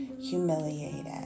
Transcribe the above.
humiliated